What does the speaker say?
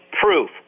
proof